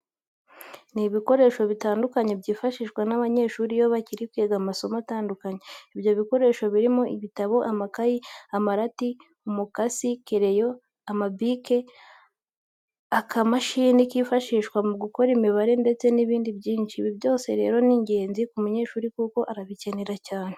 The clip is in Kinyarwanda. Ni ibikoresho bitandukanye byifashishwa n'abanyeshuri iyo bari kwiga amasomo atandukanye. Ibyo bikoresho birimo ibitabo, amakayi, amarati, umukasi, kereyo, amabike, akamashini kifashishwa mu gukora imibare ndetse n'ibindi byinshi. Ibi byose rero ni ingenzi ku munyeshuri kuko arabikenera cyane.